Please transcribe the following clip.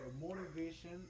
motivation